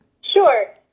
Sure